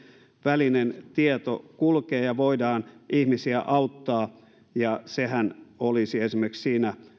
välinen tieto kulkee ja voidaan ihmisiä auttaa ja sehän olisi tarkoituksena esimerkiksi siinä